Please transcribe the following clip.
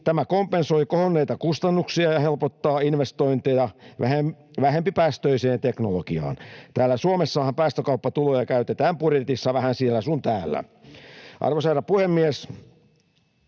Tämä kompensoi kohonneita kustannuksia ja helpottaa investointeja vähempipäästöiseen teknologiaan. Täällä Suomessahan päästökauppatuloja käytetään budjetissa vähän siellä sun täällä. Arvoisa herra puhemies!